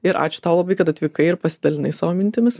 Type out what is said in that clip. ir ačiū tau labai kad atvykai ir pasidalinai savo mintimis